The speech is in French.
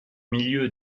milieu